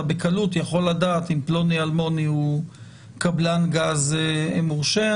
אתה בקלות יכול לדעת אם פלוני אלמוני הוא קבלן גז מורשה.